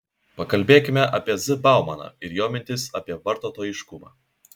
pakalbėkime apie z baumaną ir jo mintis apie vartotojiškumą